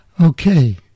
Okay